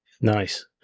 Nice